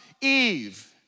Eve